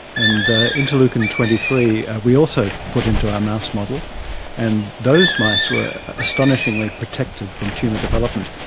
and interleukin twenty three we also put into our mouse model and those mice were astonishingly protected from tumour development.